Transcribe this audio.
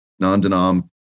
non-denom